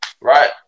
right